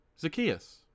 Zacchaeus